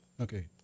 okay